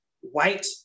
white